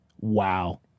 wow